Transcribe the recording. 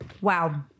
Wow